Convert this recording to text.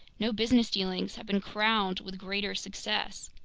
no business dealings have been crowned with greater success.